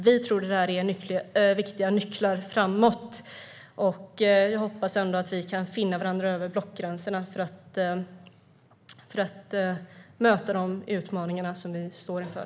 Vi tror att det här är viktiga nycklar för att komma framåt, och jag hoppas att vi kan finna varandra över blockgränserna för att möta de utmaningar som vi står inför.